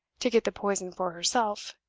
to get the poison for herself,